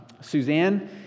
Suzanne